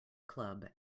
club